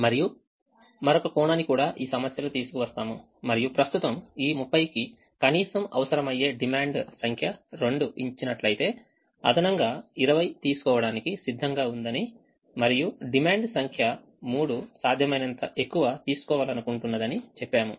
మనము మరొక కోణాన్ని కూడా ఈ సమస్యలో తీసుకువస్తాము మరియు ప్రస్తుతం ఈ 30 కి కనీసం అవసరమయ్యే డిమాండ్ సంఖ్య 2 ఇచ్చినట్లయితే అదనంగా 20 తీసుకోవడానికి సిద్ధంగా ఉందని మరియు డిమాండ్ సంఖ్య 3 సాధ్యమైనంత ఎక్కువ తీసుకోవాలనుకుంటున్నదని చెప్పాము